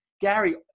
Gary